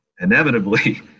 inevitably